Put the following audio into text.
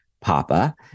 Papa